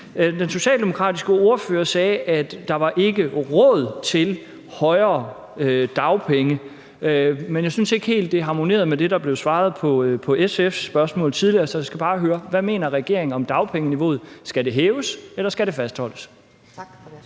Den socialdemokratiske ordfører sagde, at der ikke var råd til højere dagpenge, men jeg synes ikke helt, det harmonerede med det, der blev svaret på SF's spørgsmål tidligere, så jeg skal bare høre: Hvad mener regeringen om dagpengeniveauet – skal det hæves, eller skal det fastholdes? Kl.